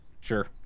Sure